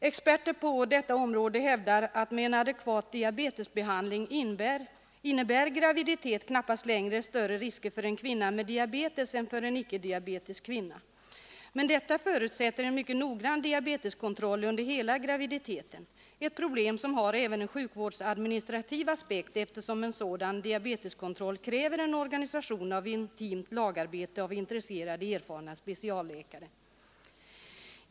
Experter på detta område hävdar att med en adekvat diabetesbehandling innebär graviditet knappast längre större risker för en kvinna med diabetes än för en icke diabetessjuk kvinna. Men detta förutsätter en mycket noggrann diabeteskontroll under hela graviditeten — ett problem som har även en sjukvårdsadministrativ aspekt, eftersom det för en sådan diabeteskontroll krävs ett intimt lagarbete av intresserade och erfarna specialläkare.